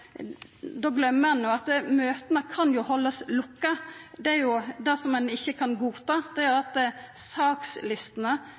Då gløymer ein at møta kan haldast lukka. Det som ein ikkje kan godta, er